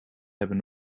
hebben